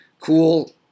Cool